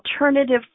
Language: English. alternative